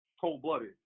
cold-blooded